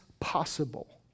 Possible